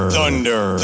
Thunder